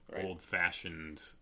old-fashioned